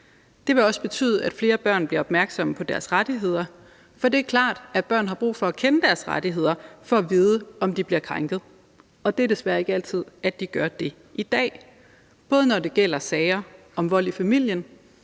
Det vil også betyde, at flere børn bliver opmærksomme på deres rettigheder, for det er klart, at børn har brug for at kende deres rettigheder for at vide, om de bliver krænket. Og det er desværre ikke altid, at de kender de rettigheder i dag, hverken når det gælder sager om vold i familien,